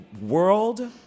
world